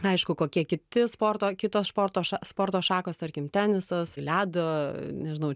aišku kokie kiti sporto kitos sporto ša sporto šakos tarkim tenisas ledo nežinau